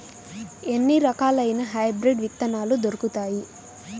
ఎన్ని రకాలయిన హైబ్రిడ్ విత్తనాలు దొరుకుతాయి?